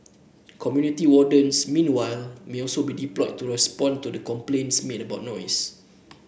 community wardens meanwhile may also be deployed to respond to the complaints about noise